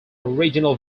original